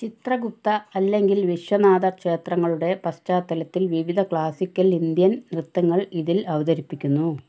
ചിത്രഗുപ്ത അല്ലെങ്കിൽ വിശ്വനാഥ ക്ഷേത്രങ്ങളുടെ പശ്ചാത്തലത്തിൽ വിവിധ ക്ലാസിക്കൽ ഇന്ത്യൻ നൃത്തങ്ങൾ ഇതിൽ അവതരിപ്പിക്കുന്നു